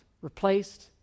replaced